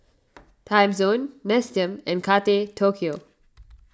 Timezone Nestum and Kate Tokyo